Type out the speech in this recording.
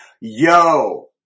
Yo